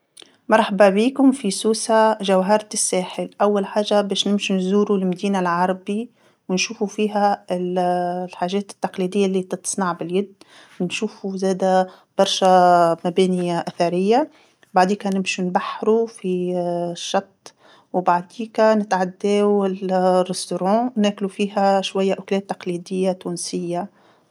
مرحبا بيكم في سوسه جوهرة الساحل، أول حاجة باش نمشو نزورو المدينه العربي ونشوفو فيها ال-الحاجات التقليديه اللي تتصنع باليد، نشوفو زاده برشا مباني أثريه، بعديكا نمشو نبحرو في الشط، وبعديكا نتعداو المطعم، ناكلوا فيها شويه أكلات تقليديه تونسيه.